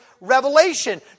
revelation